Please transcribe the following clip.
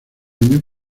años